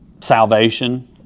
salvation